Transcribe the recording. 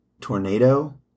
Tornado